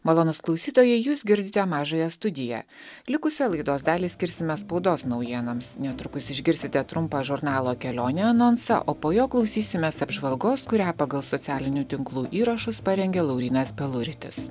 malonūs klausytojai jūs girdite mažąją studiją likusią laidos dalį skirsime spaudos naujienoms netrukus išgirsite trumpą žurnalo kelionė anonsą o po jo klausysimės apžvalgos kurią pagal socialinių tinklų įrašus parengė laurynas peluritis